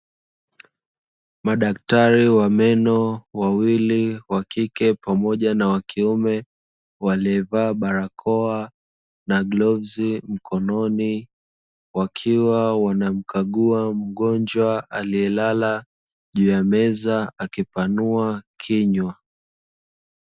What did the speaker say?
Madaktari wawili wa meno wakike pamoja na wakiume waliovaa barakoa na glavu mkononi, wakiwa wanamkagua mgonjwa aliyelala juu ya meza akipanua kinywa.